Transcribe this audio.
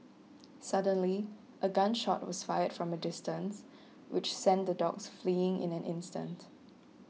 suddenly a gun shot was fired from a distance which sent the dogs fleeing in an instant